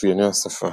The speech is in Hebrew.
מאפייני השפה